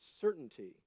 certainty